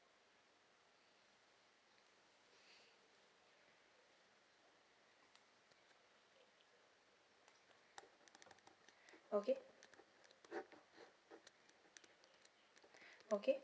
okay okay